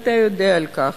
אתה יודע על כך.